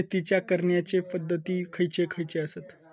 शेतीच्या करण्याचे पध्दती खैचे खैचे आसत?